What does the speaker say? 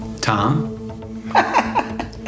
Tom